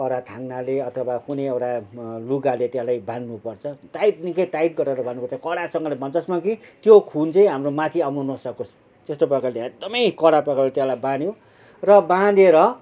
कडा थाङ्नाले अथवा कुनै एउटा लुगाले त्यसलाई बाँध्नु पर्छ टाइट निकै टाइट गरेर बाँध्नुपर्छ कडासँगले जसमा कि त्यो खुन चाहिँ हाम्रो माथि आउन नसकोस् त्यस्तो प्रकारले एकदमै कडा प्रकारले त्यसलाई बाँध्यो र बाँधेर